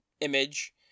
image